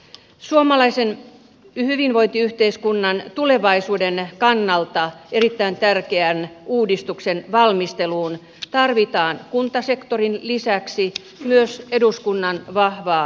suomalaisen hyvinvointiyhteiskunnan tulevaisuuden kannalta erittäin tärkeän uudistuksen valmisteluun tarvitaan kuntasektorin lisäksi myös eduskunnan vahvaa panosta